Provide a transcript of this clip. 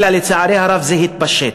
אלא לצערי הרב זה התפשט.